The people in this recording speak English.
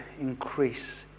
Increase